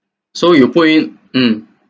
so you put in mm